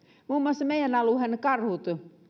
muun muassa meidän alueen karhut